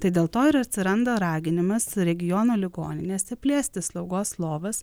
tai dėl to ir atsiranda raginimas regiono ligoninėse plėsti slaugos lovas